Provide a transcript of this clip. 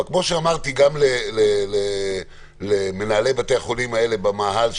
כמו שאמרתי למנהלי בתי החולים שישבו במאהל,